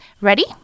Ready